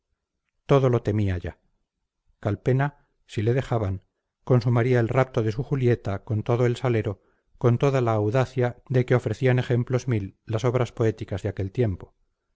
todo lo temía ya calpena si le dejaban consumaría el rapto de su julieta con todo el salero con toda la audacia de que ofrecían ejemplos mil las obras poéticas de aquel tiempo